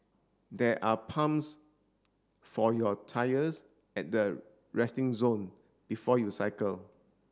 there are pumps for your tyres at the resting zone before you cycle